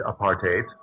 apartheid